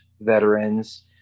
veterans